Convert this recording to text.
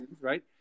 right